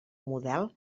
model